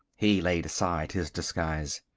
he laid aside his disguise.